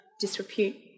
disrepute